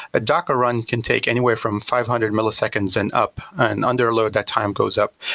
a docker run can take anywhere from five hundred milliseconds and up and under load, that time goes up.